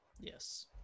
Yes